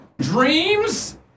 Dreams